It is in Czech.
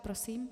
Prosím.